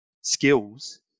skills